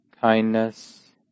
kindness